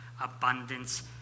abundance